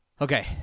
Okay